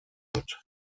hat